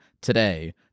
today